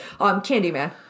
Candyman